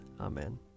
Amen